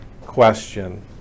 question